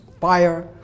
fire